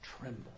tremble